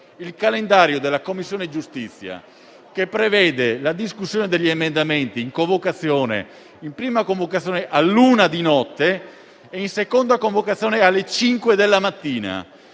il calendario della Commissione giustizia, che prevede la discussione degli emendamenti in prima convocazione all'1 di notte e, in seconda convocazione, alle 5 della mattina,